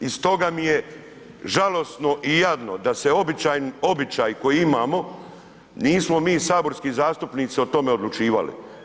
I stoga mi je žalosno i jadno da se običaji koje imamo, nismo mi saborski zastupnici o tome odlučivali.